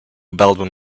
baldwin